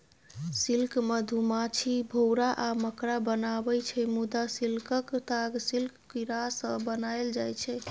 silk मधुमाछी, भौरा आ मकड़ा बनाबै छै मुदा सिल्कक ताग सिल्क कीरासँ बनाएल जाइ छै